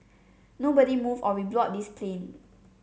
nobody move or we blow this plane